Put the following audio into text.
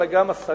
אלא גם השרים